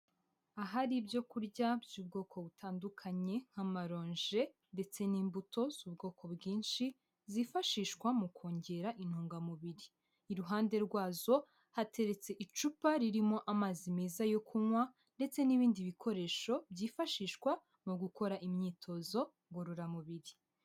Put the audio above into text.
Ahari ibyo kurya by'ubwoko butandukanye, nk'amaronje, ndetse n'imbuto z'ubwoko bwinshi zifashishwa mu kongera intungamubiri, iruhande rwazo hateretse icupa ririmo amazi meza yo kunywa, ndetse n'ibindi bikoresho byifashishwa mu gukora imyitozo ngororamubiri.